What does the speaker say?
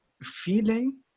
feeling